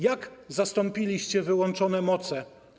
Jak zastąpiliście wyłączone moce?